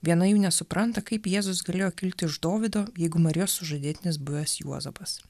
viena jų nesupranta kaip jėzus galėjo kilti iš dovydo jeigu marijos sužadėtinis buvęs juozapas